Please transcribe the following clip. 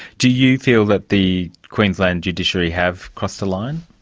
do you feel that the queensland judiciary have crossed the line?